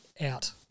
out